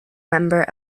member